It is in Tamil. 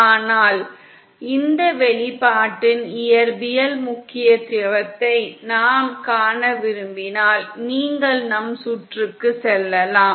ஆனால் இந்த வெளிப்பாட்டின் இயற்பியல் முக்கியத்துவத்தை நாம் காண விரும்பினால் நீங்கள் நம் சுற்றுக்குச் திரும்பச் செல்லலாம்